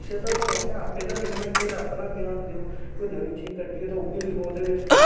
जिसलै गड्डी उप्पर वेनर लाने हे ते में ड्राइवर गी मना कीता कि तू बेनर लाइयै मेरा घरे दे बाहर नेई खड़ोएआं